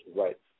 right